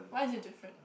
why is it different